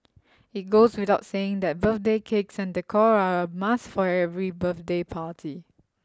it goes without saying that birthday cakes and decor are a must for every birthday party